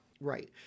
Right